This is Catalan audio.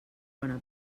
bona